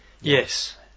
Yes